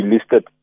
listed